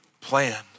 plan